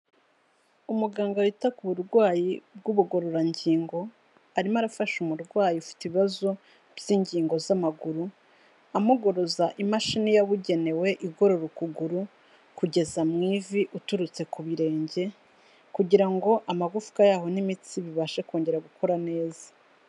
Umuganga wita ku burwayi bw'ubugororangingo arimo arafasha umurwayi ufite ibibazo by'ingingo z'amaguru, amugoroza imashini yabugenewe igorora ukuguru kugeza mu ivi, uturutse ku birenge kugira ngo amagufwa yabo n'imitsi bibashe kongera gukora neza.